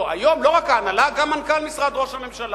לא, היום לא רק ההנהלה, גם מנכ"ל משרד ראש הממשלה.